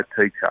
teacher